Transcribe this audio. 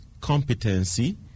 competency